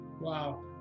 Wow